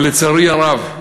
ולצערי הרב,